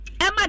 emma